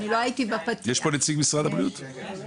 נציג משרד הבריאות, האם קיים